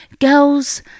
girls